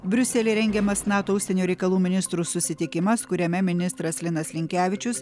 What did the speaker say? briuselyje rengiamas nato užsienio reikalų ministrų susitikimas kuriame ministras linas linkevičius